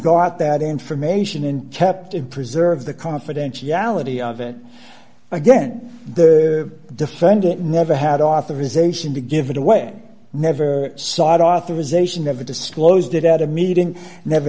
got that information and kept it preserve the confidentiality of it again the defendant never had authorization to give it away never sought authorization never disclosed it at a meeting never